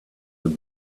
have